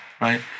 right